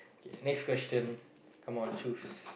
next question come on choose